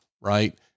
right